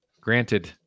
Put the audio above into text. granted